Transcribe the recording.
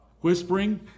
whispering